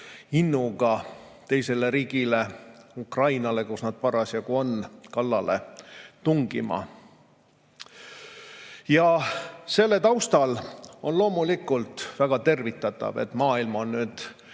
innuga teisele riigile, Ukrainale, kus nad parasjagu on, kallale tungima. Selle taustal on loomulikult väga tervitatav, et maailm on nüüd